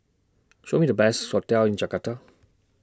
Show Me The Best hotels in Jakarta